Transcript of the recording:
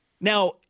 Now